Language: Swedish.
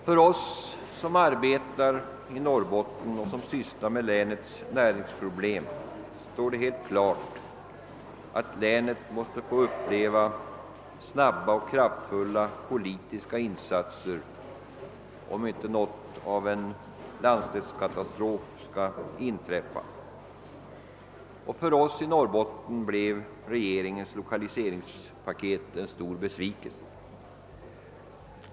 För oss som arbetar i Norrbotten och som sysslar med länets näringsproblem står det helt klart, att länet måste få uppleva snabba och kraftfulla regionpolitiska insatser, om inte något av landsdelskatastrof skall inträffa. För oss norrbottningar blev regeringens lokaliseringspaket en stor besvikelse.